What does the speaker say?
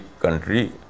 country